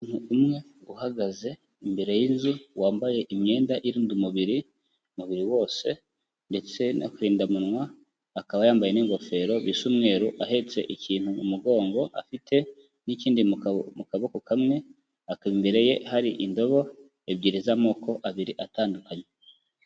Umuntu umwe uhagaze imbere y'inzu, wambaye imyenda irinda umubiri, umubiri wose, ndetse n'akarindamunwa, akaba yambaye n'ingofero bisa umweru. Ahetse ikintu mu mugongo, afite n'ikindi mu kaboko kamwe, akaba imbere ye hari indobo ebyiri z'amoko abiri atandukanye.